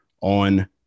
on